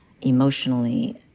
emotionally